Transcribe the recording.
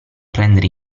prendere